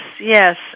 yes